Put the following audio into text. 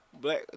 Black